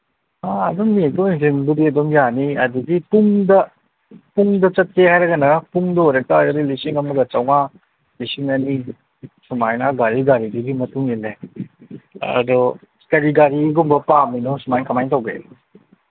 ꯑ ꯑꯗꯨꯝ ꯌꯦꯡꯊꯣꯛ ꯌꯦꯡꯁꯤꯟꯗꯨꯕꯨꯗꯤ ꯑꯗꯨꯝ ꯌꯥꯅꯤ ꯑꯗꯒꯤ ꯄꯨꯡꯗ ꯄꯨꯡꯗ ꯆꯠꯀꯦ ꯍꯥꯏꯔꯒꯅ ꯄꯨꯡꯗ ꯑꯣꯏꯔꯛ ꯇꯥꯔꯒꯗꯤ ꯂꯤꯁꯤꯡ ꯑꯃꯒ ꯆꯥꯝꯃꯉꯥ ꯂꯤꯁꯤꯡ ꯑꯅꯤ ꯁꯨꯃꯥꯏꯅ ꯒꯥꯔꯤ ꯒꯥꯔꯤꯗꯨꯒꯤ ꯃꯇꯨꯡ ꯏꯜꯂꯦ ꯑꯗꯣ ꯀꯔꯤ ꯒꯥꯔꯤꯒꯨꯝꯕ ꯄꯥꯝꯃꯤꯅꯣ ꯁꯨꯃꯥꯏ ꯀꯃꯥꯏ ꯇꯧꯒꯦ